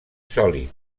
sòlid